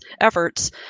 efforts